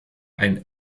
ein